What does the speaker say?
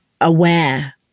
aware